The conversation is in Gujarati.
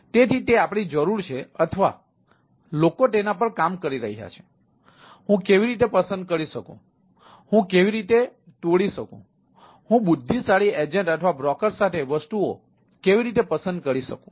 તેથી તે આપણી જરૂર છે અથવા લોકો તેના પર કામ કરી રહ્યા છે હું કેવી રીતે પસંદ કરી શકું હું કેવી રીતે તોડી શકું હું બુદ્ધિશાળી એજન્ટ અથવા બ્રોકર સાથે વસ્તુઓ કેવી રીતે પસંદ કરી શકું